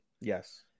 Yes